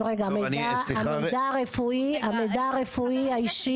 אז רגע, המידע הרפואי האישי.